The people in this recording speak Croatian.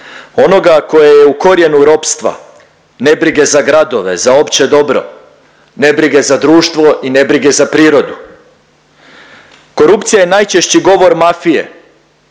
onoga koji je u korijenu ropstva, nebrige za gradove, za opće dobro, nebrige za društvo i nebrige za prirodu. Korupcija je najčešći govor mafije,